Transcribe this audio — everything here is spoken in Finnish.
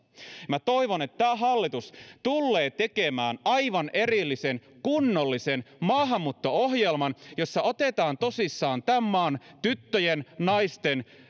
minä toivon että tämä hallitus tulee tekemään aivan erillisen kunnollisen maahanmuutto ohjelman jossa otetaan tosissaan tämän maan tyttöjen naisten